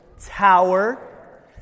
tower